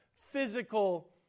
physical